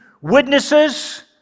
witnesses